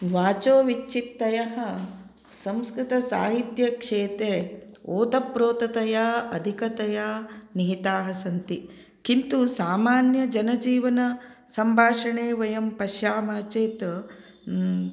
वाचोविच्छित्तयः संस्कृतसाहित्यक्षेत्रे ओतप्रोततया अधिकतया निहिताः सन्ति किन्तु सामान्यजनजीवनसम्भाषणे वयं पश्यामः चेत्